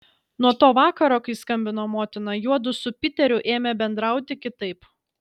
nuo to vakaro kai skambino motina juodu su piteriu ėmė bendrauti kitaip